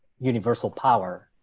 universal power,